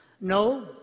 No